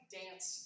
dance